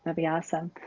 ah be awesome.